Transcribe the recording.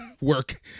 work